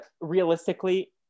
realistically